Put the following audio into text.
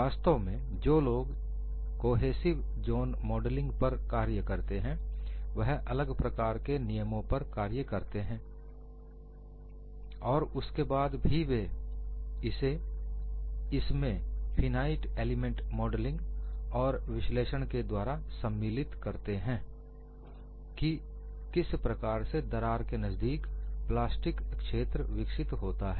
वास्तव मेंजो लोग कोहेसिव जोन मॉडलिंग पर कार्य करते हैं वह अलग प्रकार के नियमों पर कार्य करते हैं और उसके बाद भी वे इसे इसमें फिनाइट एलिमेंट मॉडलिंग और विश्लेषण के द्वारा सम्मिलित करते हैं कि किस प्रकार से दरार के नजदीक प्लास्टिक क्षेत्र विकसित होता है